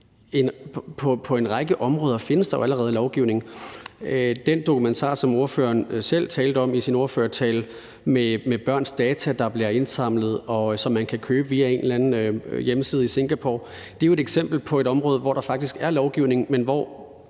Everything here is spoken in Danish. På en række områder findes der jo allerede lovgivning; den dokumentar, som ordføreren selv talte om i sin ordførertale, med børns data, der bliver indsamlet, og som man kan købe via en eller anden hjemmeside i Singapore, er jo et eksempel på et område, hvor der faktisk er lovgivning, men hvor